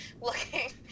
looking